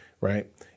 right